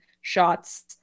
shots